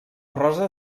rosa